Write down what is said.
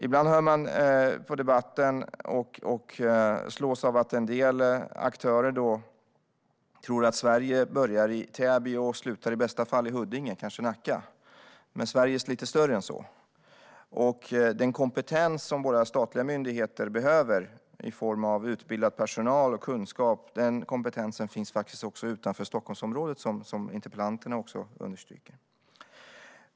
Ibland när man hör på debatten slås man av att en del aktörer tror att Sverige börjar i Täby och slutar i Huddinge, i bästa fall, eller kanske Nacka. Men Sverige är lite större än så. Den kompetens som våra statliga myndigheter behöver i form av utbildad personal och kunskap finns faktiskt också utanför Stockholmsområdet, som interpellanterna också understryker.